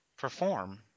perform